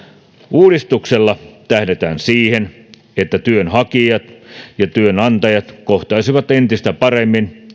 uudistuksella tähdätään siihen että työnhakijat ja työnantajat kohtaisivat entistä paremmin